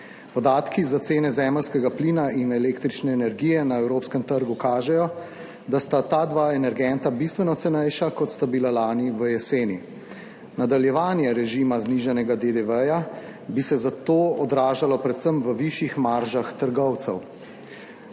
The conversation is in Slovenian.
Podatki za cene zemeljskega plina in električne energije na evropskem trgu kažejo, da sta ta dva energenta bistveno cenejša, kot sta bila lani v jeseni. Nadaljevanje režima znižanega DDV bi se zato odražalo predvsem v višjih maržah trgovcev.